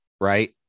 Right